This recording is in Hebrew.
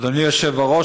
אדוני היושב-ראש,